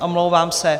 Omlouvám se.